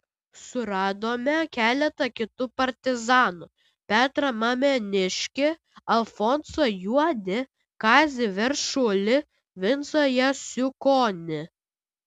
suradome keletą kitų partizanų petrą mameniškį alfonsą juodį kazį veršulį vincą jasiukonį